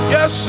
Yes